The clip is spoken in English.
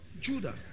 Judah